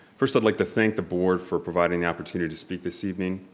first i'd like to thank the board for providing the opportunity to speak this evening.